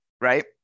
Right